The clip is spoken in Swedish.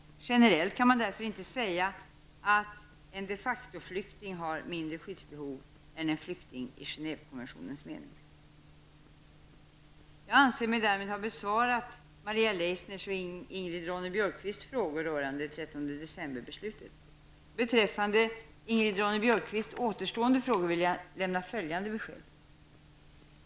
Generellt kan man därför inte säga att en de facto-flykting har ett mindre skyddsbehov än en flykting i Jag anser mig därmed ha besvarat Maria Leissners och Ingrid Ronne-Björkqvists frågor rörande 13 Björkqvists återstående frågor vill jag lämna följande besked.